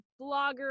blogger